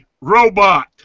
robot